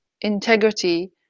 integrity